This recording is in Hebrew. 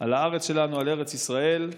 על הארץ שלנו, על ארץ ישראל.